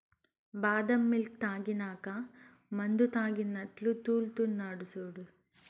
బాదం మిల్క్ తాగినాక మందుతాగినట్లు తూల్తున్నడు సూడు